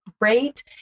great